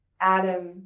Adam